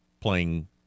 playing